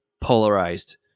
polarized